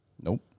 Nope